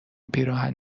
پیراهن